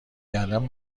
کردن